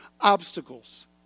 obstacles